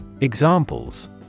Examples